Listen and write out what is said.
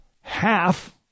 Half